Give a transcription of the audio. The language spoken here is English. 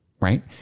right